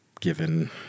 given